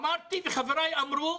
אמרתי וחבריי אמרו,